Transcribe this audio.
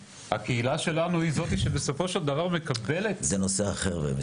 הקהילה שלנו היא זאת שבסופו של דבר מקבלת --- זה נושא אחר.